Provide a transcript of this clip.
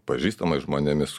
pažįstamais žmonėmis